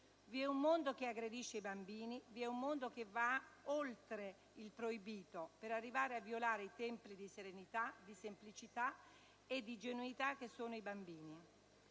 Vi è un mondo che aggredisce i bambini, vi è un mondo che va anche oltre il proibito, per arrivare a violare i templi di serenità, di semplicità e di genuinità che sono i bambini.